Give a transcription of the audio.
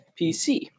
PC